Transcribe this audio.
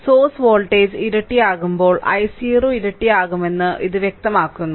source voltage ഇരട്ടിയാക്കുമ്പോൾ i0 ഇരട്ടിയാകുമെന്ന് ഇത് വ്യക്തമാക്കുന്നു